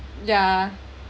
yeah